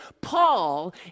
Paul